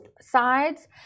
sides